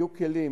יהיו כלים,